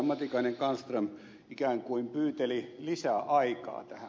matikainen kallström ikään kuin pyyteli lisäaikaa tähän